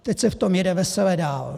Teď se v tom jede vesele dál.